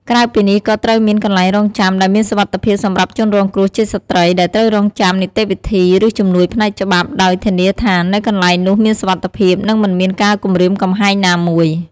ក្រៅពីនេះក៏ត្រូវមានកន្លែងរង់ចាំដែលមានសុវត្ថិភាពសម្រាប់ជនរងគ្រោះជាស្ត្រីដែលត្រូវរង់ចាំនីតិវិធី ឬជំនួយផ្នែកច្បាប់ ដោយធានាថានៅកន្លែងនោះមានសុវត្ថិភាព និងមិនមានការគំរាមកំហែងណាមួយ។